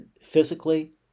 physically